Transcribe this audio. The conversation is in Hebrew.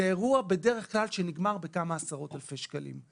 בדרך כלל זה אירוע שנגמר בכמה עשרות אלפי שקלים.